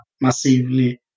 massively